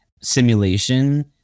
simulation